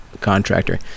contractor